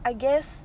I guess